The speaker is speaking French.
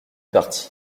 partie